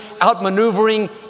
outmaneuvering